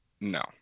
No